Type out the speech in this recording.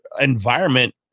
environment